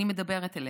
אני מדברת אליך.